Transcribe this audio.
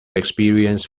experience